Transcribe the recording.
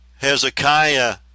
Hezekiah